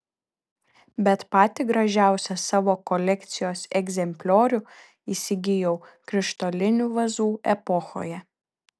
bet patį gražiausią savo kolekcijos egzempliorių įsigijau krištolinių vazų epochoje